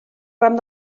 ram